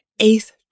eighth